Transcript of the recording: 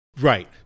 Right